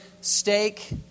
steak